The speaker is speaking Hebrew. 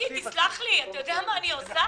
אתה יודע מה אני עושה?